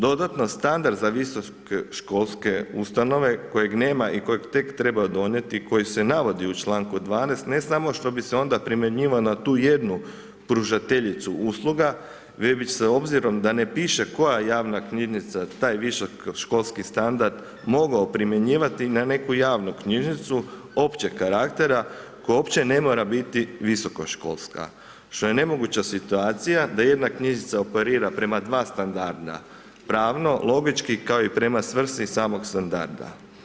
Dodatno, standard za visokoškolske ustanove kojeg nema i kojeg tek treba donijeti i koji se navodi u članku 12., ne samo što bi se onda primjenjivao na tu jednu pružateljicu usluga već bise obzirom da ne piše koja javna knjižnica taj višeškolski standard mogao primjenjivati na neku javnu knjižnicu općeg karaktera koja uopće ne morate biti visokoškolska što je ne moguća situacija da jedna knjižnica operira prema dva standarda, pravno, logički i kao i prema svrsi samog standarda.